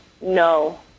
no